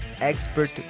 Expert